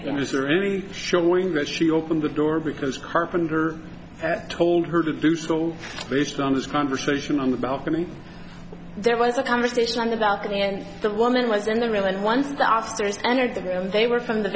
door and was really showing that she opened the door because carpenter told her to do still based on this conversation on the balcony there was a conversation on the balcony and the woman was in the real and once the officers entered the room they were from the